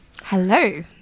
Hello